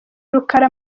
rukara